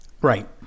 Right